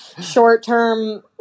short-term